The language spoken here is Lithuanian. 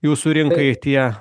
jūsų rinkai tie